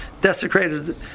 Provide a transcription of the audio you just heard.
desecrated